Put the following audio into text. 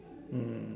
mm